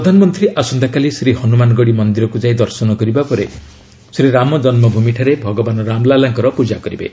ପ୍ରଧାନମନ୍ତ୍ରୀ ଆସନ୍ତାକାଲି ଶ୍ରୀ ହନୁମାନଗଡ଼ି ମନ୍ଦିରକୁ ଯାଇ ଦର୍ଶନ କରିବା ପରେ ଶ୍ରୀ ରାମ ଜନ୍ମଭୂମିଠାରେ ଭଗବାନ ରାମଲାଲାଙ୍କର ପୂଜା କରିବେ